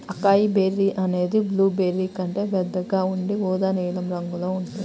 acai berry అనేది blueberry కంటే పెద్దగా ఉండి ఊదా నీలం రంగులో ఉంటుంది